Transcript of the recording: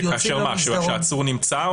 כשהעצור נמצא?